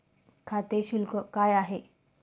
खाते शुल्क काय आहे?